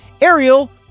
Ariel